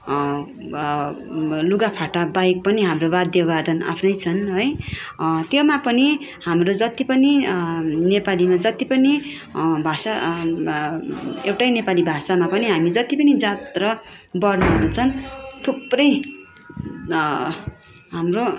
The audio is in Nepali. लुगाफाटा बाहेक पनि हाम्रो वाद्य वादन आफ्नै छन् है त्योमा पनि हाम्रो जति पनि नेपालीमा जति पनि भाषा एउटै नेपाली भाषामा पनि हामी जति पनि जात र वर्णहरू छन् थुप्रै हाम्रो